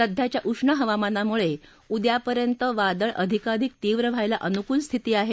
सध्याच्या उष्ण हवामानामुळे उद्या पर्यंत वादळ अधिकाधिक तीव्र व्हायला अनुकूल स्थिती आहे